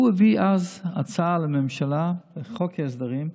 הוא הביא אז הצעה לממשלה בחוק ההסדרים,